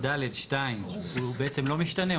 ד3(א)(ד)(2) הוא בעצם לא משתנה?